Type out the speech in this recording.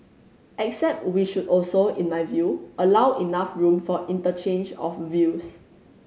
except we should also in my view allow enough room for interchange of views